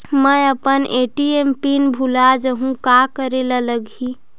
मैं अपन ATM PIN भुला जहु का करे ला लगही?